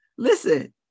Listen